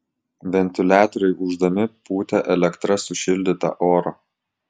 ventiliatoriai ūždami pūtė elektra sušildytą orą